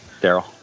Daryl